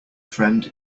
friend